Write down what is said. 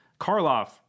Karloff